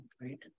right